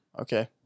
okay